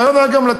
הרעיון היה לתת,